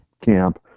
camp